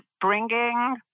bringing